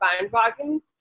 bandwagon